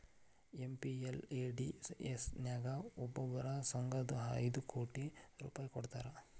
MPLADS ನ್ಯಾಗ ಒಬ್ಬೊಬ್ಬ ಸಂಸದಗು ಐದು ಕೋಟಿ ರೂಪಾಯ್ ಕೊಡ್ತಾರಾ